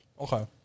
Okay